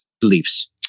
beliefs